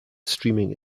streaming